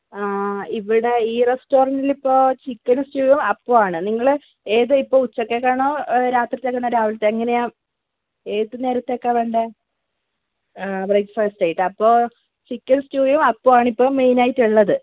ആ ഇവിടിഇ ഈ റെസ്റ്റോറൻറ്റിൽ ഇപ്പോൾ ചിക്കൻ സ്റ്റുവും അപ്പവും ആണ് നിങ്ങൾ ഏത് ഇപ്പോൾ ഉച്ചത്തേക്കാണോ രാത്രിയിലത്തേക്കാണോ രാവിലെത്തെയാണോ എങ്ങനെയാണ് ഏത് നേരത്തേക്കാണ് വേണ്ടത് ബ്രേക്ഫാസ്റ്റ് ആയിട്ട് അപ്പോൾ ചിക്കൻ സ്റ്റൂയും അപ്പവും ആണ് മെയിൻ ആയിട്ടുള്ളത്